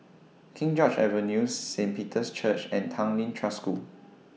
King George's Avenue Saint Peter's Church and Tanglin Trust School